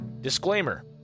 Disclaimer